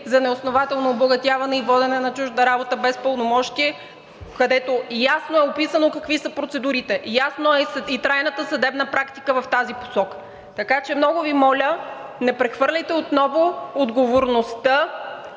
за неоснователно обогатяване и водене на чужда работа без пълномощие, където ясно е описано какви са процедурите. Ясна е и трайната съдебна практика в тази посока. Много Ви моля, не прехвърляйте отново отговорността